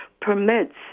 permits